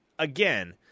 Again